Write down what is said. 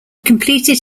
completed